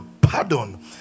pardon